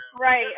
right